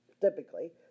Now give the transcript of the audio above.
typically